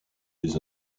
des